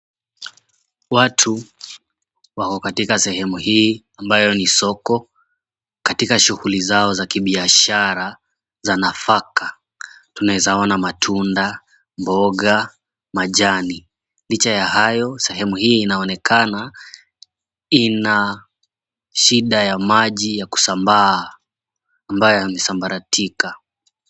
Watu wako katika sehemu hii ambayo ni soko katika shughuli zao za kibiashara za nafaka. Tunaeza ona matunda, mboga, majani. Licha ya hayo sehemu hii inaonekana ina shida ya maji ya kusambaa ambayo yamesambaratika.